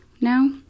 now